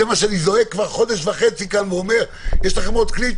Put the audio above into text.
זה מה שאני זועק כבר חודש וחצי כאן ואומר שיש לכם עוד כלי,